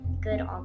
good